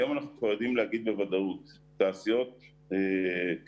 היום אנחנו כבר יודעים להגיד בוודאות: תעשיות קטנות